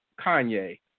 Kanye